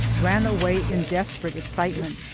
ran away in desperate excitement,